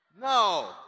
No